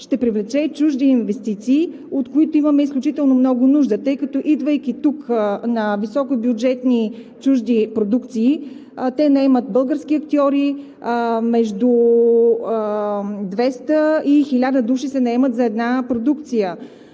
ще привлече чужди инвестиции, от които имаме изключително много нужда, тъй като, идвайки тук високобюджетни чужди продукции, те наемат български актьори. Между 200 и 1000 души се наемат за една продукция.